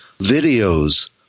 videos